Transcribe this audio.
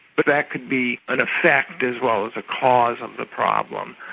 but that could be an effect as well as a cause of the problem.